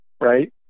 right